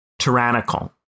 tyrannical